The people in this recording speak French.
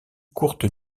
courtes